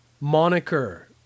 moniker